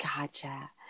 Gotcha